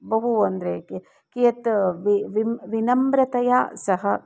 बहु अन्तरे कियत् विनम्रतया सः